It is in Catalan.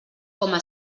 coma